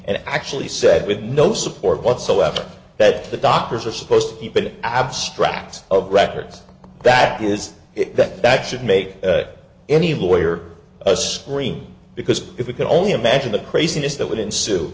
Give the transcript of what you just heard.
and actually said with no support whatsoever that the doctors are supposed to keep it abstract of records that is that that should make any lawyer a scream because if we can only imagine the craziness that would ensue